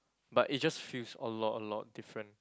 but it's just feels a lot a lot different